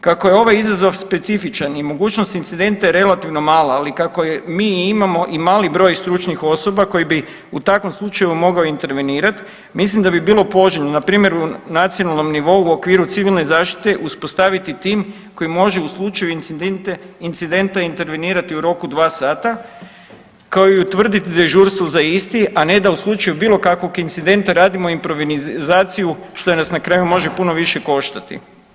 Kako je ovaj izazov specifičan i mogućnost incidenta je relativno mala, ali kako mi imamo i mali broj stručnih osoba koji bi u takvom slučaju mogao intervenirat mislim da bi bilo poželjno npr. u nacionalnom nivou u okviru civilne zaštite uspostaviti tim koji može u slučaju incidenta intervenirati u roku 2 sata, kao i utvrdit dežurstvo za isti, a ne da u slučaju bilo kakvog incidenta radimo improvizaciju što nas na kraju može puno više koštati.